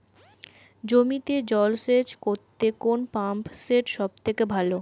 জমিতে জল সেচ করতে কোন পাম্প সেট সব থেকে ভালো?